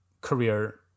career